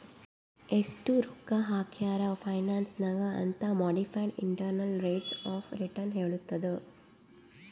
ಎಸ್ಟ್ ರೊಕ್ಕಾ ಹಾಕ್ಯಾರ್ ಫೈನಾನ್ಸ್ ನಾಗ್ ಅಂತ್ modified internal rates of return ಹೇಳತ್ತುದ್